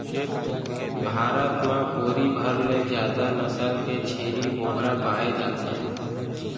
भारत म कोरी भर ले जादा नसल के छेरी बोकरा पाए जाथे